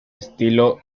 estilo